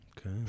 Okay